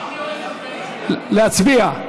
להצביע.